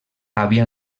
havia